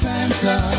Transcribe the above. Santa